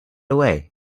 away